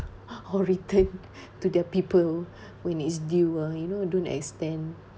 or return to the people when it's due ah you know don't extend